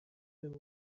them